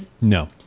No